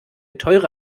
teure